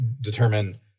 determine